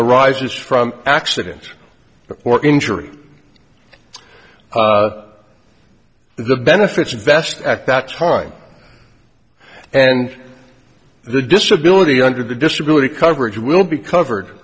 arises from accident report injury the benefits invest at that time and the disability under the disability coverage will be covered